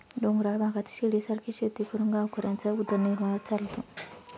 डोंगराळ भागात शिडीसारखी शेती करून गावकऱ्यांचा उदरनिर्वाह चालतो